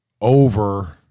over